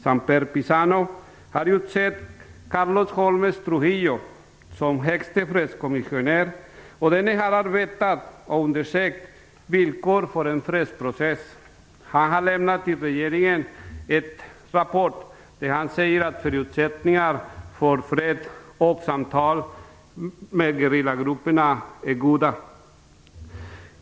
Samper Pizano har utsett Carlos Holmes Trujillo som högste fredskommissionär, och denne har arbetat med att undersöka villkoren för en fredsprocess. Han har till regeringen lämnat en rapport där han säger att förutsättningarna för fred och samtal med gerillagrupperna är goda.